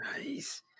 Nice